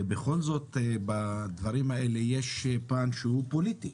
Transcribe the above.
כשבכל זאת בדברים האלה יש פן שהוא פוליטי.